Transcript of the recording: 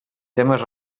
temes